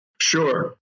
Sure